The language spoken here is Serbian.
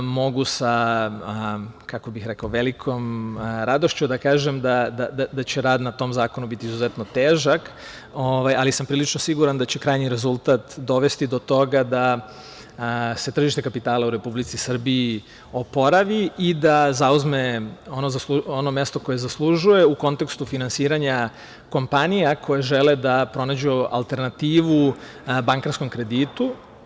Mogu sa, kako bih rekao, velikom radošću da kažem da će rad na tom zakonu biti izuzetno težak, ali sam prilično siguran da će krajnji rezultat dovesti do toga da se tržište kapitala u Republici Srbiji oporavi i da zauzme ono mesto koje zaslužuje u kontekstu finansiranja kompanija koje žele da pronađu alternativu bankarskom kreditu.